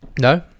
No